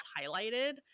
highlighted